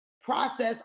process